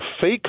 fake